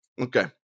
Okay